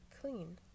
clean